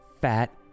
fat